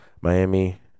Miami